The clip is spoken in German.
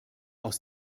aus